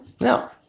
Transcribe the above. No